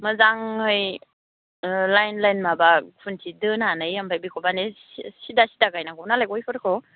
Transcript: मोजाङै line line माबा खुनथि दोनानै ओमफ्राय बेखौ माने सिदा सिदा गायनांगौनालाय गयफोरखौ